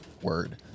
word